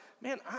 man